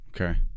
Okay